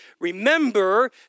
remember